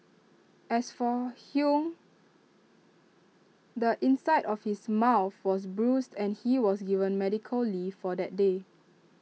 as for hung the inside of his mouth was bruised and he was given medical leave for that day